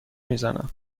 میزنم